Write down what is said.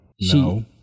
No